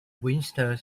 winchester